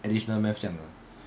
additional math 这样的